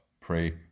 pray